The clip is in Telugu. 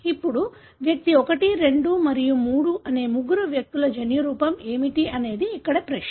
ఇప్పుడు వ్యక్తి 1 2 మరియు 3 అనే ముగ్గురు వ్యక్తుల జన్యురూపం ఏమిటి అనేది ఇక్కడ ప్రశ్న